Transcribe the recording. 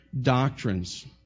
doctrines